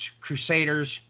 Crusaders